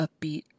upbeat